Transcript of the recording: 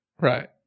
right